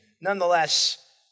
Nonetheless